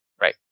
Right